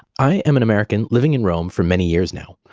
i'm an american living in rome for many years now,